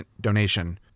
donation